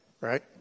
right